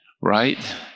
right